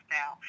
now